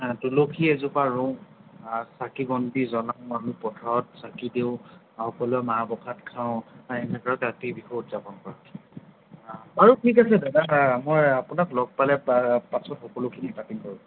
আ তুলসী এজোপা ৰুওঁ আ চাকি বন্তি জ্বলাওঁ আমি পথাৰত চাকি দিওঁ আৰু ফলৰ মাহ প্ৰসাদ খাওঁ খাই এনেকৈ কাতি বিহু উদযাপন কৰোঁ বাৰু ঠিক আছে দাদা মই আপোনাক লগ পালে পা পাছত সকলোখিনি পাতিম বাৰু